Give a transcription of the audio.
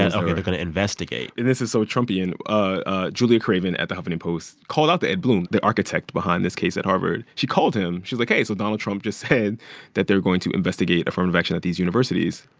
and ok. they're going to investigate and this is so trumpian. ah julia craven at the huffington post called out to ed blum, the architect behind this case at harvard. she called him. she was, like, hey. so donald trump just said that they're going to investigate affirmative action at these universities.